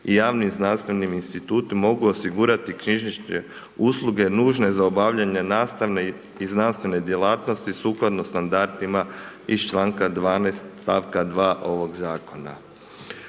i javnim znanstvenim institutom mogu osigurati knjižnične usluge nužne za obavljanje nastavne i znanstvene djelatnosti sukladno standardima iz članka 12. stavka 2. ovog zakona.